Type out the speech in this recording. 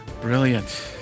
Brilliant